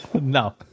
No